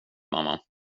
mamma